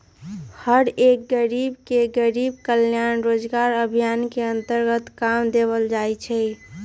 हर एक गरीब के गरीब कल्याण रोजगार अभियान के अन्तर्गत काम देवल जा हई